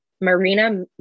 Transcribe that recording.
marina